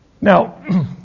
Now